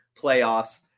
playoffs